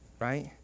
Right